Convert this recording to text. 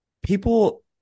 People